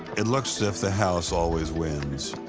it looks as if the house always wins.